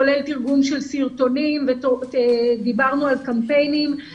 כולל תרגום של סרטונים ודיברנו על קמפיינים,